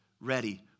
ready